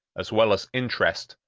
as well as interest,